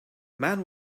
man